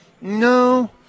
No